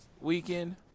weekend